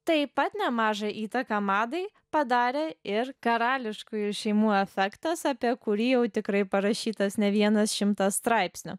taip pat nemažą įtaką madai padarė ir karališkųjų šeimų efektas apie kurį jau tikrai parašytas ne vienas šimtas straipsnių